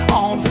on